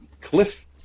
cliff